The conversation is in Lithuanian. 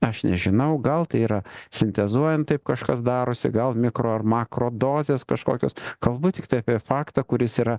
aš nežinau gal tai yra sintezuojant taip kažkas darosi gal mikro ar makro dozės kažkokios kalbu tiktai apie faktą kuris yra